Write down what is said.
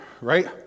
right